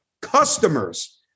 customers